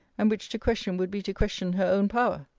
and which to question would be to question her own power,